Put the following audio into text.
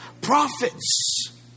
prophets